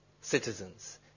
citizens